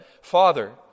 Father